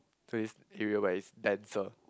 so is area where is denser